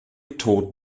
tod